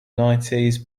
nineties